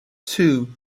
two